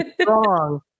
strong